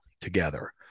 together